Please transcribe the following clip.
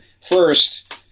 first